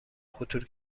خطور